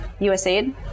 USAID